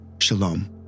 Shalom